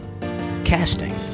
Casting